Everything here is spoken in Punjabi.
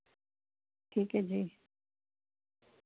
ਠੀਕ ਹੈ ਜੀ